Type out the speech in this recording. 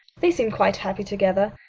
they seem quite happy together.